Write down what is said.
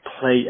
play